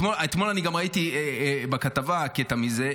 אתמול אני גם ראיתי בכתבה קטע מזה,